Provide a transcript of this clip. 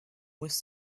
was